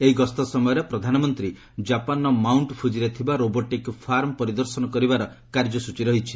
ଏହି ଗସ୍ତ ସମୟରେ ପ୍ରଧାନମନ୍ତ୍ରୀ ଜାପାନ୍ର ମାଉଣ୍ଟ ଫୁଟ୍ଗିରେ ଥିବା ରୋବୋର୍ଟିକ୍ ଫାର୍ମ ପରିଦର୍ଶନ କରିବାର କାର୍ଯ୍ୟସ୍ଚୀ ରହିଛି